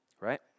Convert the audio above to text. Right